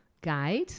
guide